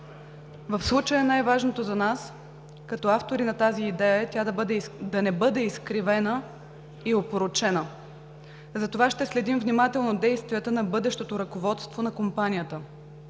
В случая най-важното за нас, като автори на тази идея, е тя да не бъде изкривена и опорочена. Затова ще следим внимателно действията на бъдещото ръководство на компанията.